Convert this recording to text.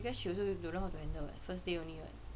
because she also don't know how to handle [what] first day only [what]